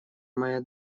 моя